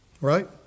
right